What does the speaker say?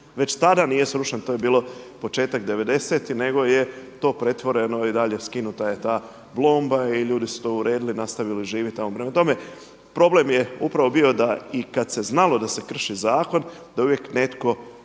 već tada nije srušen to je bilo početak 90-tih nego je to pretvoreno i dalje skinuta je ta blomba i ljudi su to uredili, nastavili živjeti tamo. Prema tome, problem je upravo bio da i kada se znalo da se krši zakon da uvijek je netko